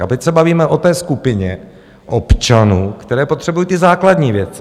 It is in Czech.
A teď se bavíme o té skupině občanů, kteří potřebují ty základní věci.